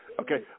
Okay